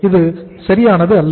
இது சரியானது அல்ல